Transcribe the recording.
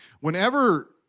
Whenever